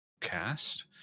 cast